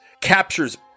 captures